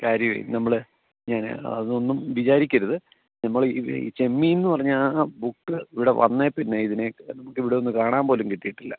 കാര്യമെ നമ്മൾ ഞാൻ അതൊന്നും വിചാരിക്കരുത് നമ്മളീ ചെമ്മീനെന്നു പറഞ്ഞാൽ ബുക്ക് ഇവിടെ വന്നെ പിന്നെ ഇതിനെ ഇവിടെ ഒന്ന് കാണാൻ പോലും കിട്ടിയിട്ടില്ല